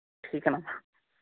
ठीक है मैम